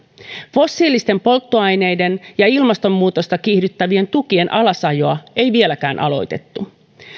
fossiilisten polttoaineiden ja ilmastonmuutosta kiihdyttävien tukien alasajoa ei vieläkään aloitettu